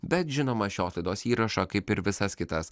bet žinoma šios laidos įrašą kaip ir visas kitas